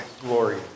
glory